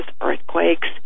earthquakes